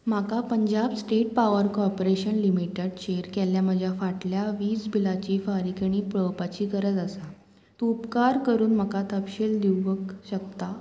म्हाका Punjab State Power Corporation Limited चेर केल्ल्या म्हज्या फाटल्या वीज बिलाची फारीकणी पळोवपाची गरज आसा तूं उपकार करून म्हाका तपशील दिवंक शकता